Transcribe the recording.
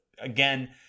again